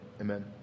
Amen